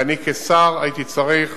ואני כשר הייתי צריך